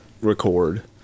record